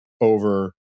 over